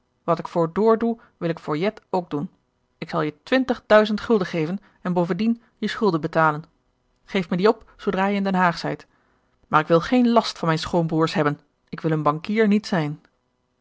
wat ik voor door doe wil ik voor jet ook doen ik zal je twintig duizend gulden geven en bovendien je schulden betalen geef me die op zoodra je in den haag zijt maar ik wil geen last van mijn schoonbroers hebben ik wil hun bankier niet zijn